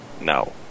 No